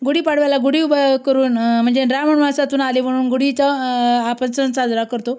गुढीपाडव्याला गुढी उभं करून म्हणजे राम वनवासातून आले म्हणून गुढीचा आपण सण साजरा करतो